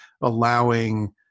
allowing